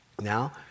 Now